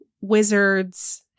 wizards